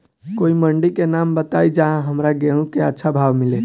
कोई मंडी के नाम बताई जहां हमरा गेहूं के अच्छा भाव मिले?